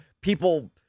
people